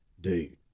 Dude